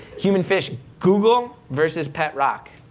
human fish, google versus pet rock.